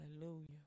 Hallelujah